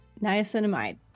Niacinamide